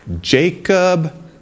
Jacob